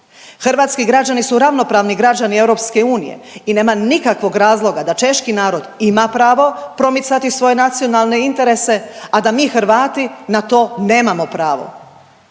Hrvatski građani su ravnopravni građani EU i nema nikakvog razloga da češki narod ima pravo promicati svoje nacionalne interese, a da mi Hrvati na to nemamo pravo.